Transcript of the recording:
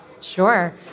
Sure